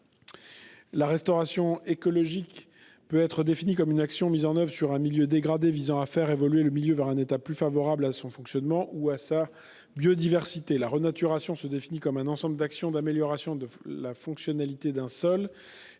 la restauration écologique peut être définie comme une action mise en oeuvre sur un milieu dégradé pour faire évoluer le milieu vers un état plus favorable à son fonctionnement ou à sa biodiversité. La renaturation se définit quant à elle comme un ensemble d'actions d'amélioration de la fonctionnalité d'un sol,